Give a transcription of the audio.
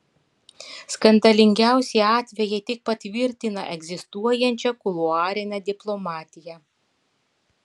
skandalingiausi atvejai tik patvirtina egzistuojančią kuluarinę diplomatiją